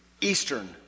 Eastern